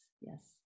yes